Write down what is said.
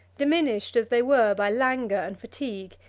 diminished as they were by languor and fatigue,